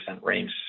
range